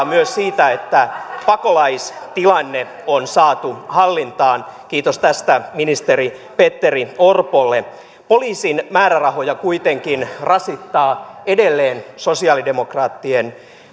myös siitä että pakolaistilanne on saatu hallintaan kiitos tästä ministeri petteri orpolle poliisin määrärahoja kuitenkin rasittaa edelleen sosialidemokraattien